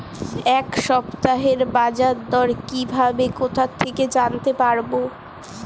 এই সপ্তাহের বাজারদর কিভাবে কোথা থেকে জানতে পারবো?